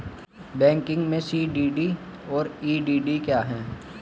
Banking में CDD और EDD क्या हैं?